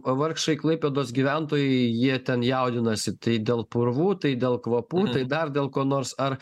vargšai klaipėdos gyventojai jie ten jaudinasi tai dėl purvų tai dėl kvapų tai dar dėl ko nors ar